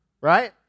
Right